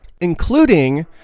including